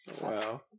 Wow